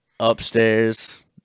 Upstairs